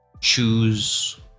choose